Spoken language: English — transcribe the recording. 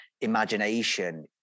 imagination